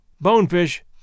bonefish